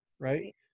right